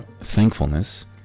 thankfulness